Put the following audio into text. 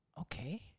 okay